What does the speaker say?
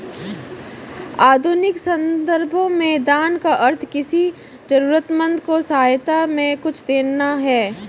आधुनिक सन्दर्भों में दान का अर्थ किसी जरूरतमन्द को सहायता में कुछ देना है